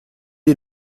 est